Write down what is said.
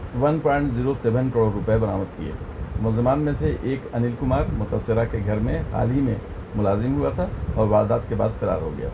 one point zero seven crore روپئے برآمد کیے ملزمان میں سے ایک انل کمار متاثرہ کے گھر میں حال ہی میں ملازم ہوا تھا اور واردات کے بعد فرار ہو گیا